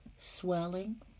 swelling